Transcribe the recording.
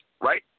right